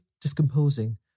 discomposing